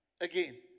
again